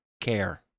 care